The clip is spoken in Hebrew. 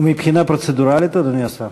ומבחינה פרוצדורלית, אדוני השר?